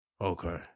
Okay